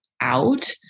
out